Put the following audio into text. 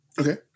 Okay